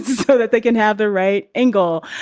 so that they can have the right angle.